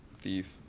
thief